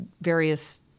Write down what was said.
various